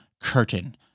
curtain